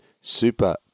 super